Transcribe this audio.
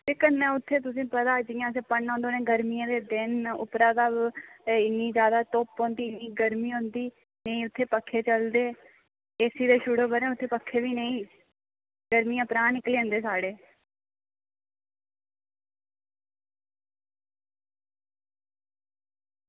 ते कन्नै उत्थें तुसेंगी पता जियां असें पढ़ना होंदा गर्मियें दे दिन न ते इन्नी जादा धुप्प होंदी गर्मी होंदी नेईं उत्थें पक्खे चलदे एसी ते छुड़ो उत्थें पक्खे बी नेई गर्मियां प्राण निकली जंदे साढ़े